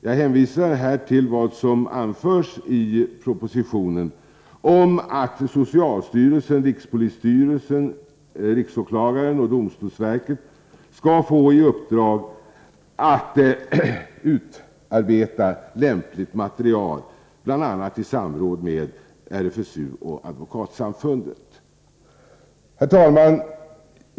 Jag hänvisar här till vad som anförs i propositionen om att socialstyrelsen, rikspolisstyrelsen, riksåklagaren och domstolsverket skall få i uppdrag att utarbeta lämpligt material, bl.a. i samråd med RFSU och Advokatsamfundet. Herr talman!